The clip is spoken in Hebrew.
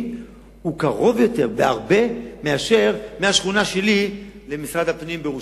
הוא קטן הרבה יותר מאשר מהשכונה שלי למשרד הפנים בירושלים.